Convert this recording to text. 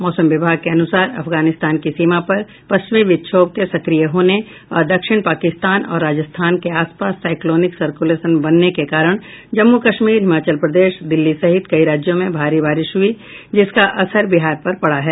मौसम विभाग के अनुसार आफगानिस्तान की सीमा पर पश्चिमी विक्षोभ के सक्रिय होने और दक्षिण पाकिस्तान और राजस्थान के आसपास साईक्लोनिक सर्कुलेशन बनने के कारण जम्मु कश्मीर हिमाचल प्रदेश दिल्ली सहित कई राज्यों में बारिश हुयी जिसका असर बिहार पर पड़ा है